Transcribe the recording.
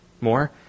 more